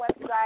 website